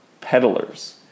peddlers